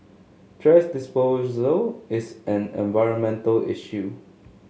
thrash disposal is an environmental issue